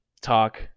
talk